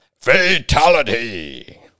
Fatality